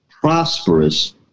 prosperous